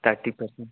thirty percent